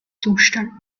zustand